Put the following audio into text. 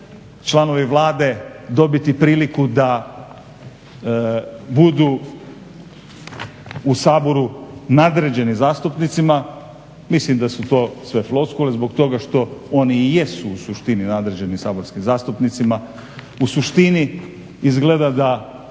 članovi Vlade dobiti priliku da budu u Saboru nadređeni zastupnicima, mislim da su to sve floskule zbog toga što oni i jesu u suštini nadređeni saborskim zastupnicima. U suštini izgleda da